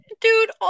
Dude